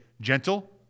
gentle